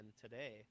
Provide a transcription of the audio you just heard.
today